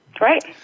Right